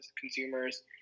consumers